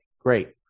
Great